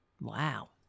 wow